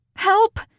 help